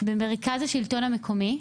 במרכז השלטון המקומי,